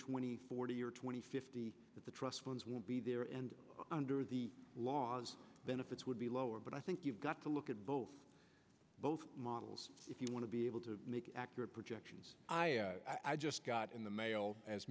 twenty forty or twenty fifty that the trust funds will be there and under the laws benefits would be lower but i think you've got to look at both both models if you want to be able to make accurate projections i just got in the mail as